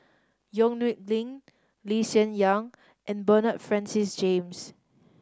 Yong Nyuk Lin Lee Hsien Yang and Bernard Francis James